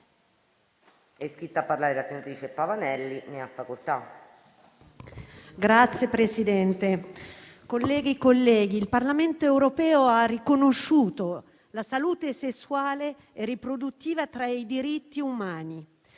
Signor Presidente, colleghe e colleghi, il Parlamento europeo ha riconosciuto la salute sessuale e riproduttiva tra i diritti umani.